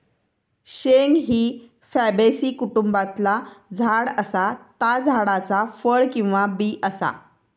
शेंग ही फॅबेसी कुटुंबातला झाड असा ता झाडाचा फळ किंवा बी असा